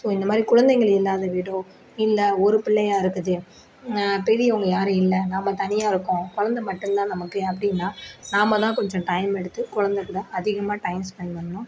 so இந்த மாதிரி குழந்தைகள் இல்லாத வீடோ இல்லை ஒரு பிள்ளையாக இருக்குது பெரியவங்க யாரும் இல்லை நம்ம தனியாக இருக்கோம் குழந்த மட்டுந்தான் நமக்கு அப்படினா நாம தான் கொஞ்சம் டைம் எடுத்து குழந்த கூட அதிகமாக டைம் ஸ்பெண்ட் பண்ணணும்